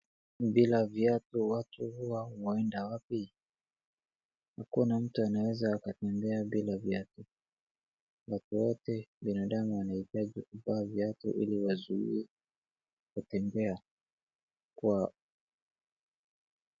Bila viatu watu huwa waenda wapi? Hakuna mtu anaweza akatembea bila viatu. Na kwa wote binadamu wanahitaji kuvaa viatu ili wazuie kutembea kwao.